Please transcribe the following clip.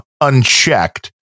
unchecked